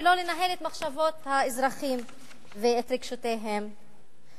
ולא לנהל את מחשבות האזרחים ואת רגשותיהם.